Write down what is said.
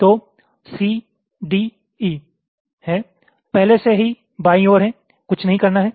तो C D E हैं पहले से ही बाईं ओर है कुछ नहीं करना है